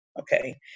okay